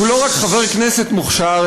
הוא לא רק חבר כנסת מוכשר,